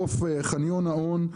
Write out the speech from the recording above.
חניון האון,